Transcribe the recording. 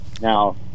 now